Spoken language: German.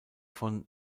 von